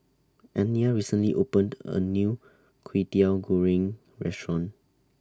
Anya recently opened A New Kwetiau Goreng Restaurant